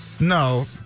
No